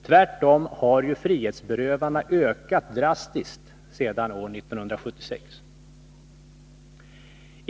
Tvärtom har frihetsberövandena ökat drastiskt sedan år 1976.